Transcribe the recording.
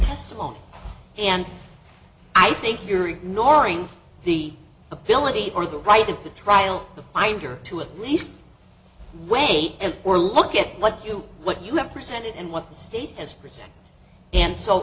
testimony and i think you're ignoring the ability or the right of the trial the finder to at least wait and more look at what you what you have presented and what the state has presented and so